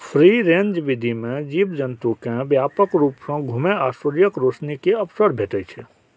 free range विधि मे जीव जंतु कें व्यापक रूप सं घुमै आ सूर्यक रोशनी के अवसर भेटै छै